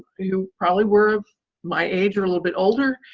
who probably were my age or a little bit older,